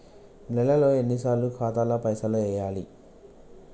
నెలలో ఎన్నిసార్లు ఖాతాల పైసలు వెయ్యాలి?